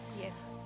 Yes